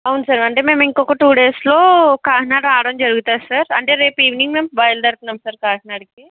అవును సార్ అంటే మేము ఇంకొక టు డేస్లో కాకినాడ రావడం జరుగుతాది సార్ అంటే రేపు ఈవినింగ్ మేము బయలుదేరుతున్నాం సార్ కాకినాడకి